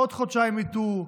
עוד חודשיים ייתנו,